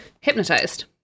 hypnotized